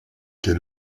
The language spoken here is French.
quel